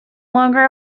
longer